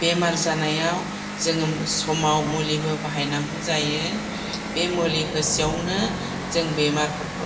बेमार जानायाव जोङो समाव मुलिबो बाहायनांगौ जायो बे मुलि होसेआवनो जों बेमारफोरखौ